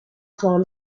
found